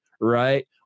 right